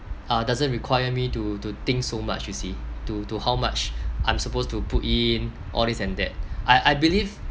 uh doesn't require me to to think so much you see to to how much I'm supposed to put in all this and that I I believe